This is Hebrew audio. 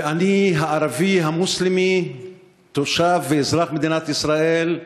ואני, הערבי המוסלמי תושב מדינת ישראל,